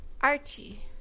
Archie